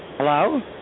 Hello